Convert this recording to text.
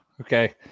okay